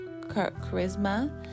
charisma